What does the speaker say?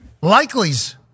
Likely's